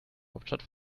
hauptstadt